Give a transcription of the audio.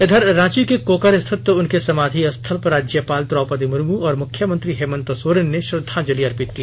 इधर रांची के कोकर स्थित उनके समाधि स्थल पर राज्यपाल द्रौपदी मुर्मू और मुख्यमंत्री हेमंत सोरेन ने श्रद्वांजलि अर्पित की